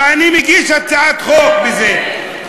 ואני מגיש הצעת חוק על זה,